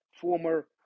former